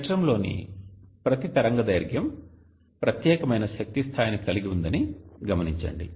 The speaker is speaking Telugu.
స్పెక్ట్రంలోని ప్రతి తరంగదైర్ఘ్యం ప్రత్యేకమైన శక్తి స్థాయిని కలిగి ఉందని గమనించండి